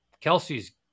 Kelsey's